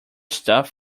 stuff